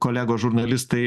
kolego žurnalistai